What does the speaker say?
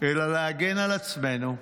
אלא להגן על עצמנו,